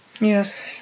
Yes